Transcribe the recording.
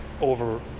over